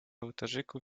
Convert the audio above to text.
ołtarzyku